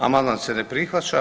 Amandman se ne prihvaća.